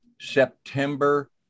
September